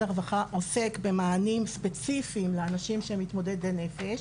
הרווחה עוסק במענים ספציפיים לאנשים שהם מתמודדי נפש,